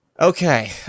Okay